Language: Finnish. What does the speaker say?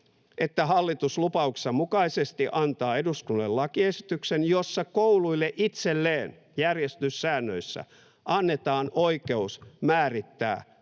että hallitus lupauksensa mukaisesti antaa eduskunnalle lakiesityksen, jossa kouluille itselleen järjestyssäännöissä annetaan oikeus määrittää